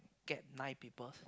get nine peoples